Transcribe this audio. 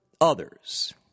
others